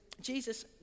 Jesus